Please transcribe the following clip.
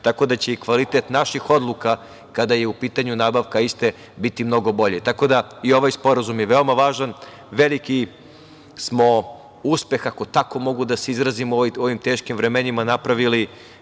tako da će i kvalitet naših odluka kada je u pitanju nabavka iste biti mnogo bolji. Tako da, i ovaj sporazum je veoma važan. Veliki smo uspeh, ako tako mogu da se izrazim, u ovim teškim vremenima napravili.